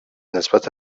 نسبت